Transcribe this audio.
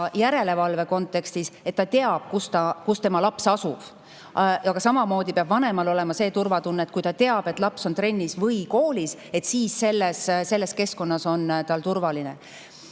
järelevalve kontekstis ka, et vanem teab, kus tema laps asub. Aga samamoodi peab vanemal olema see turvatunne, et kui ta teab, et laps on trennis või koolis, siis selles keskkonnas on tal turvaline.